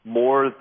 more